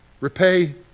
Repay